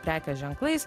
prekių ženklais